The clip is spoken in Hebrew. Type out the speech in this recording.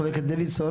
חבר הכנסת דוידסון.